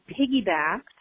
piggybacked